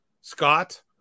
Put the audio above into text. scott